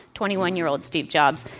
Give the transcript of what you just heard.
twenty one year old steve jobs,